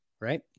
right